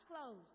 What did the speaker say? closed